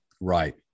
Right